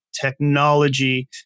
technology